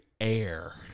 air